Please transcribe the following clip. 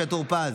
גם למשה טור פז,